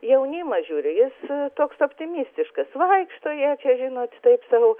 jaunimas žiūriu jis toks optimistiškas vaikšto jie čia žinot taip sau